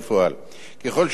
ככל שהמשא-ומתן